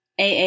AA